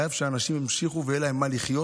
אנחנו חייבים שאנשים ימשיכו ויהיה להם ממה לחיות,